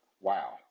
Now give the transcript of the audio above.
wow